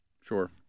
Sure